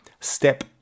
Step